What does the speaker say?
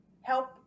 help